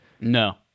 No